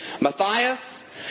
Matthias